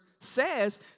says